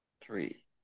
Three